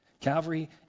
Calvary